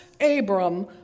Abram